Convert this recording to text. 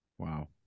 Wow